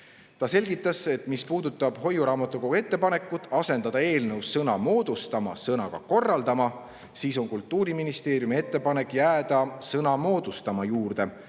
Ta selgitas, et mis puudutab hoiuraamatukogu ettepanekut asendada eelnõus sõna "moodustama" sõnaga "korraldama", on Kultuuriministeeriumi ettepanek jääda sõna "moodustama" juurde,